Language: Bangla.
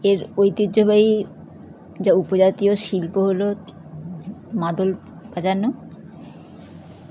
এর ঐতিহ্যবাহী যা উপজাতীয় শিল্প হলো মাদল বাজানো